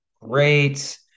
great